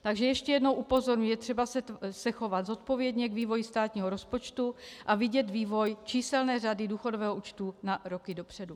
Takže ještě jednou upozorňuji, je třeba se chovat zodpovědně k vývoji státního rozpočtu a vidět vývoj číselné řady důchodového účtu na roky dopředu.